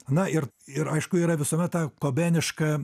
na ir ir aišku yra visuomet ta kobeniška